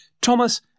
Thomas